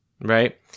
Right